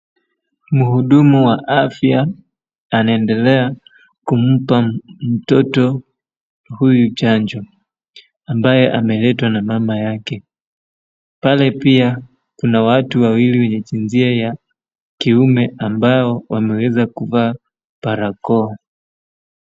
Mhudumu wa afya anaendelea kumpa mtoto huyu chanjo ambaye ameletwa na mama yake. Pale pia kuna watu wawili wenye jinsia ya kiume ambao wameweza kuvaa barakoa.